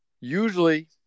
Usually